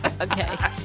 Okay